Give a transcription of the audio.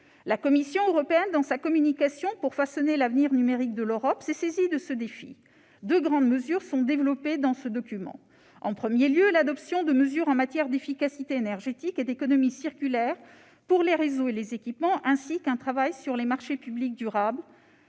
La Commission européenne, dans sa Communication pour façonner l'avenir numérique de l'Europe, s'est saisie de ce défi. Deux grandes mesures sont développées dans ce document. En premier lieu sont préconisés l'adoption de mesures en matière d'efficacité énergétique et d'économie circulaire pour les réseaux et les équipements, ainsi qu'un travail sur les marchés publics durables.